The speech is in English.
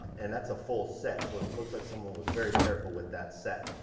and that's a full set. so it looks like someone was very careful with that set.